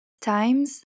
times